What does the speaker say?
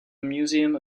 museum